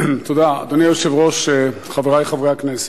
אדוני היושב-ראש, חברי חברי הכנסת,